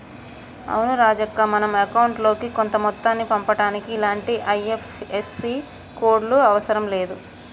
అవును రాజక్క మనం అకౌంట్ లోకి కొంత మొత్తాన్ని పంపుటానికి ఇలాంటి ఐ.ఎఫ్.ఎస్.సి కోడ్లు అవసరం లేదు